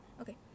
Okay